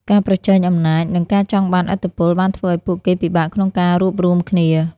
ការប្រជែងអំណាច និងការចង់បានឥទ្ធិពល បានធ្វើឱ្យពួកគេពិបាកក្នុងការរួបរួមគ្នា។